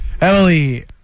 Emily